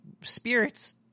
spirits